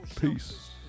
Peace